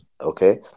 okay